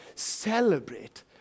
celebrate